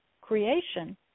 creation